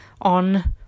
on